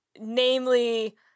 namely